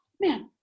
man